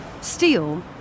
Steel